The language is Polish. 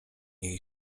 jej